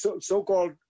so-called